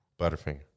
Butterfinger